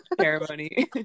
ceremony